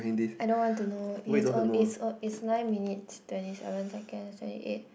I don't want to know it has on~ it's has it's nine minutes twenty seven seconds seventy eight